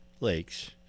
lakes